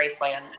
Graceland